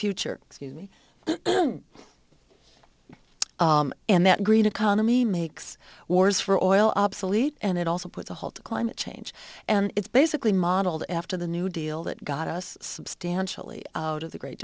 future excuse me and that green economy makes wars for oil obsolete and it also puts a halt to climate change and it's basically modeled after the new deal that got us substantially out of the great